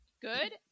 good